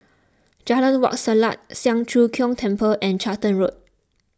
Jalan Wak Selat Siang Cho Keong Temple and Charlton Road